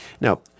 Now